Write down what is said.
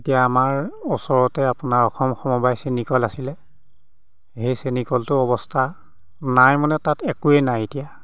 এতিয়া আমাৰ ওচৰতে আপোনাৰ অসম সমবায় চেনিকল আছিলে সেই চেনিকলটো অৱস্থা নাই মানে তাত একোৱে নাই এতিয়া